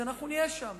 נהיה שם.